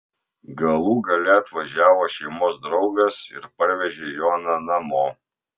galų gale atvažiavo šeimos draugas ir parvežė joną namo